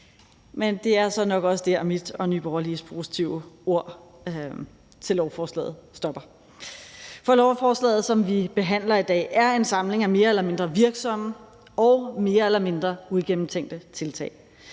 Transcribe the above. Men det er så nok også der, mine og Nye Borgerliges positive ord til lovforslaget stopper, for lovforslaget, som vi behandler i dag, er en samling af mere eller mindre virksomme og mere eller mindre uigennemtænkte tiltag.